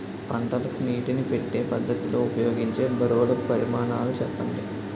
పంటలకు నీటినీ పెట్టే పద్ధతి లో ఉపయోగించే బరువుల పరిమాణాలు చెప్పండి?